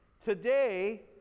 today